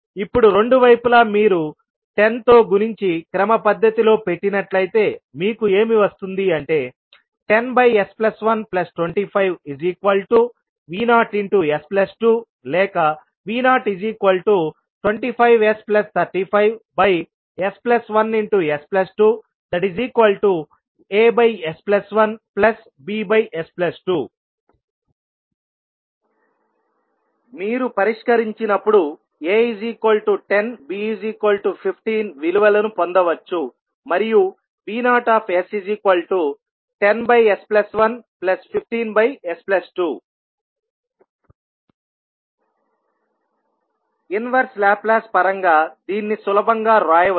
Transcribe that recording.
ఇప్పుడు రెండు వైపులా మీరు 10 తో గుణించి క్రమపద్ధతిలో పెట్టినట్లయితే మీకు ఏమి వస్తుంది అంటే 10s125V0s2లేక V025s35s1s2As1Bs2 మీరు పరిష్కరించినప్పుడు A 10 B 15 విలువలను పొందవచ్చు మరియు V0s10s115s2 ఇన్వెర్సె లాప్లాస్ పరంగా దీన్ని సులభంగా వ్రాయవచ్చు